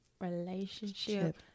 relationship